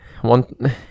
one